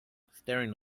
staring